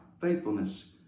faithfulness